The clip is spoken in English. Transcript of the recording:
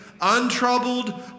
Untroubled